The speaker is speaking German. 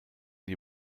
die